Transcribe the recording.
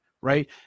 right